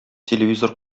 телевизор